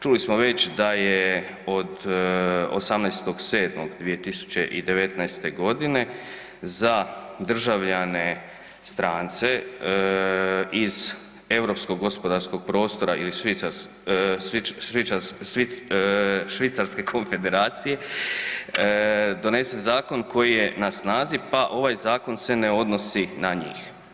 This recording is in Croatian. Čuli smo već da je od 18.7.2019.g. za državljane strance iz Europskog gospodarskog prostora ili Švicarske konfederacije donesen zakon koji je na snazi, pa ovaj zakon se ne odnosi na njih.